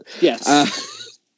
Yes